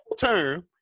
term